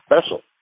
special